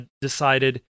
decided